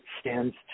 stands